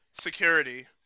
security